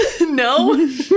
no